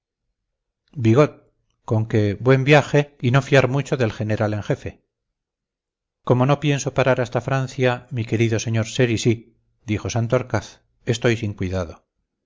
algo bigot conque buen viaje y no fiar mucho del general en jefe como no pienso parar hasta francia mi querido señor cerizy dijo santorcaz estoy sin cuidado